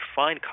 find